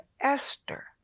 Esther